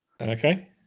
Okay